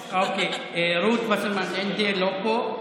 אוקיי, רות וסרמן לנדה, לא פה,